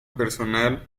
personal